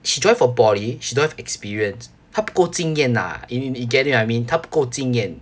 she joined from poly she don't have experience 她不够经验 ah you get what I mean 她不够经验